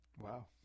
Wow